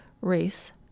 race